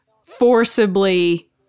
forcibly